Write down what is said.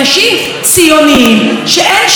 שאין שאלה על הזהות היהודית שלהם,